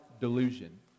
Delusion